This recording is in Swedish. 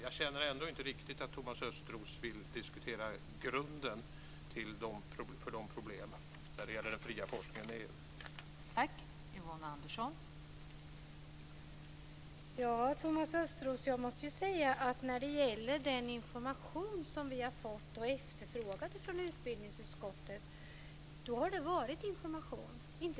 Jag känner ändå inte riktigt att Thomas Östros vill diskutera grunden till problemen för den fria forskningen inom EU.